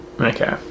Okay